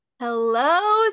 Hello